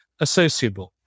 associable